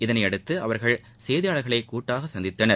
இதனையடுத்து அவர்கள் செய்தியாளர்களை கூட்டாக சந்தித்தனர்